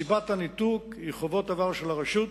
סיבת הניתוק היא חובות עבר של הרשות,